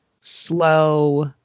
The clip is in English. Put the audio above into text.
slow